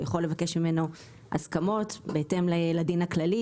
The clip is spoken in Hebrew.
הוא יכול לבקש ממנו הסכמות בהתאם לדין הכללי,